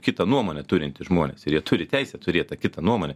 kitą nuomonę turintys žmonės ir jie turi teisę turėt tą kitą nuomonę